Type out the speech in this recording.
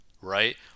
Right